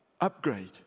upgrade